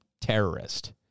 terrorist